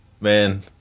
man